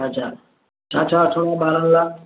अच्छा छा छा वठिणो आहे ॿारनि लाइ